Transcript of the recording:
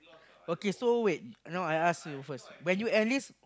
okay so wait now I ask you first when you enlist